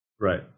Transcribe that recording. right